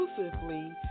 exclusively